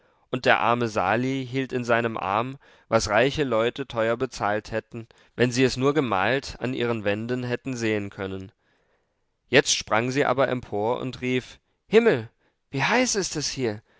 und der arme sali hielt in seinem arm was reiche leute teuer bezahlt hätten wenn sie es nur gemalt an ihren wänden hätten sehen können jetzt sprang sie aber empor und rief himmel wie heiß ist es hier